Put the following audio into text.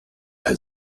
had